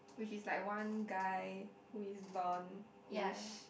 which is like one guy who is blonde ish